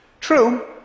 True